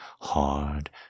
hard